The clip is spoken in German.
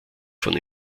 von